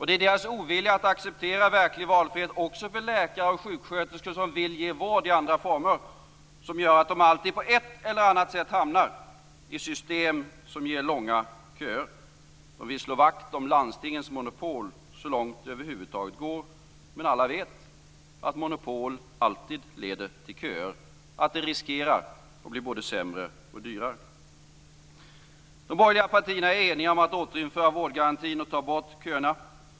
Det är deras ovilja att acceptera verklig valfrihet också för läkare och sjuksköterskor som vill ge vård i andra former som gör att de alltid på ett eller annat sätt hamnar i system som ger långa köer. De vill slå vakt om landstingens monopol så långt det över huvud taget går, men alla vet att monopol alltid leder till köer och att det riskerar att bli både sämre och dyrare. De borgerliga partierna är eniga om att återinföra vårdgarantin och ta bort köerna.